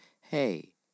hey